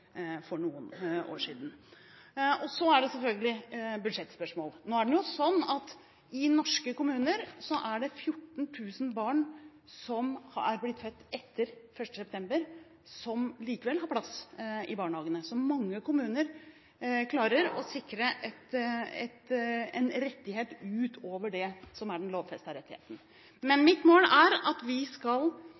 for noen år siden. Så er det selvfølgelig et budsjettspørsmål. I norske kommuner er det 14 000 barn født etter 1. september, som likevel har plass i barnehagene. Mange kommuner klarer å sikre en rettighet utover det som er den lovfestede rettigheten. Mitt mål er at vi skal